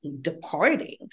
departing